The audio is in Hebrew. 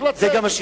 זה גם מה שיהיה.